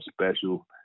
special